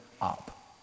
up